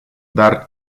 dar